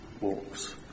walks